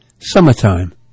Summertime